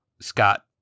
Scott